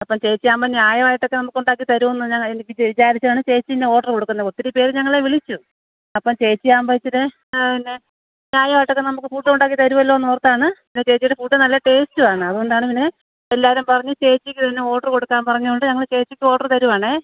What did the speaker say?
അപ്പം ചേച്ചി ആകുമ്പം ന്യായമായിട്ടൊക്കെ നമുക്ക് ഉണ്ടാക്കി തരുമോ എന്ന് വിചാരിച്ചാണ് ചേച്ചിൻറ്റെ ഓർഡറ് കൊടുക്കുന്ന ഒത്തിരി പേര് ഞങ്ങളെ വിളിച്ചു അപ്പം ചേച്ചി ആകുമ്പഴത്തേന് പിന്നെ ന്യായമായിട്ടൊക്കെ നമുക്ക് ഫുഡ് ഉണ്ടാക്കി തരുമല്ലോ എന്ന് ഓർത്താണ് പിന്നെ ചേച്ചിയുടെ ഫുഡ് നല്ല ടെസ്റ്റുമാണ് അതുകൊണ്ടാണ് പിന്നെ എല്ലാവരും പറഞ്ഞ് ചേച്ചിക്ക് പിന്ന ഓർഡറ് കൊടുക്കാൻ പറഞ്ഞുകൊണ്ട് ഞങ്ങൾ ചേച്ചിക്ക് ഓർഡർ തരുവാണേൽ